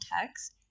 text